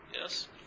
Yes